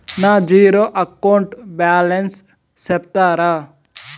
నా zero account balance సెప్తారా?